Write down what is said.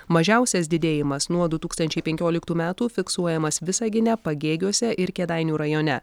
mažiausias didėjimas nuo du tūkstančiai penkioliktų metų fiksuojamas visagine pagėgiuose ir kėdainių rajone